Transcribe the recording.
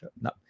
no